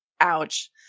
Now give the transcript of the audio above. ouch